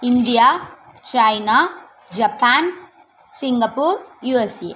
India China Japan Singapore USA